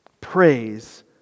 praise